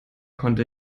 konnte